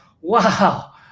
wow